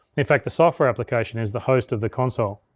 in fact, the software application is the host of the console.